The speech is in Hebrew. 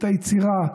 את היצירה,